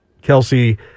Kelsey